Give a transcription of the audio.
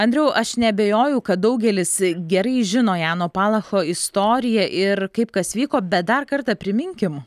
andriau aš neabejoju kad daugelis gerai žino jano palacho istoriją ir kaip kas vyko bet dar kartą priminkim